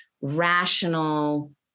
rational